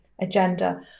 agenda